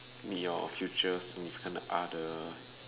meet your future significant other